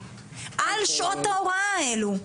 על שעות ההוראה האלה.